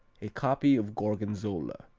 a copy of gorgonzola.